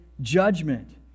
judgment